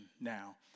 now